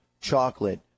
chocolate